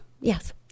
Yes